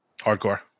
Hardcore